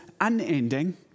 unending